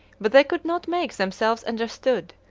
but they could not make themselves understood,